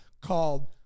called